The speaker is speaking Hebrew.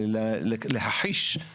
אני בודק אם אפשר.